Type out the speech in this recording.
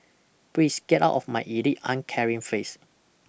please get out of my elite uncaring face